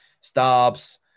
stops